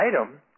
item